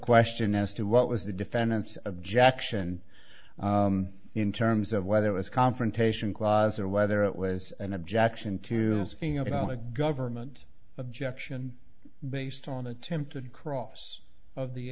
question as to what was the defendant's objection in terms of whether it was confrontation clause or whether it was an objection to asking about a government objection based on attempted cross of the